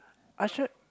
I should